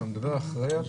זה בסדר.